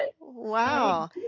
Wow